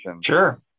sure